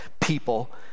people